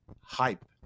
hype